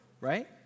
right